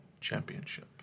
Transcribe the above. championship